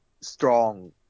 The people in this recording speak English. strong